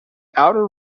outer